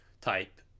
type